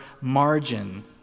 margin